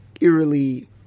eerily